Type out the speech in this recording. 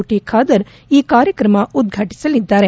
T Khader ಕಾರ್ಯಕ್ರಮ ಉದ್ಘಾಟಿಸಲಿದ್ದಾರೆ